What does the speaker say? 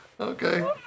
Okay